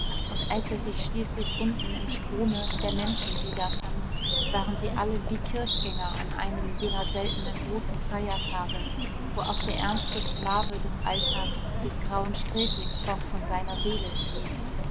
und als er sich schließlich unten im strome der menschen wiederfand waren sie alle wie kirchgänger an einem jener seltenen großen feiertage wo auch der ärmste sklave des alltags den grauen sträflingsrock von seiner seele zieht